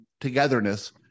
togetherness